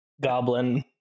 goblin